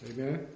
Amen